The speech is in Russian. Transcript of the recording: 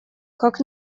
как